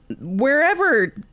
wherever